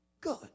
good